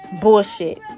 bullshit